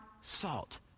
salt